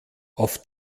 auf